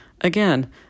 Again